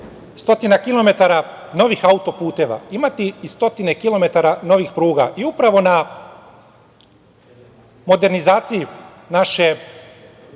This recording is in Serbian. stotina kilometara novih auto-puteva imati i stotine kilometara novih pruga. Upravo na modernizaciji naše